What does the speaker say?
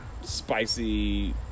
spicy